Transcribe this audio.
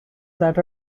that